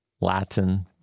Latin